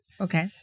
Okay